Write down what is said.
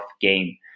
game